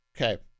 okay